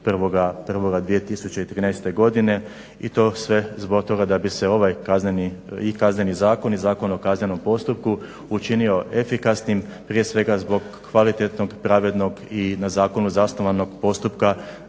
1.01.2013. godine i to sve zbog toga da bi se ovaj i Kazneni zakon i Zakon o kaznenom postupku učinio efikasnim prije svega zbog kvalitetnog, pravednog i na zakonu zasnovanog postupka